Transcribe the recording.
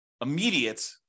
immediate